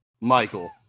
Michael